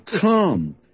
come